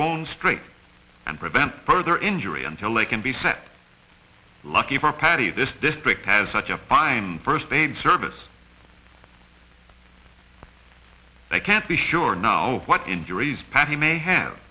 bone straight and prevent further injury until they can be set lucky for patty this district has such a fine first aid service that can't be sure now what injuries patti may have